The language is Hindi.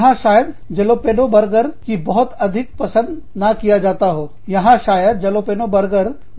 यहां शायद जलापेनो बर्गर की बहुत अधिक पसंद ना किया जाता हो